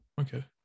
okay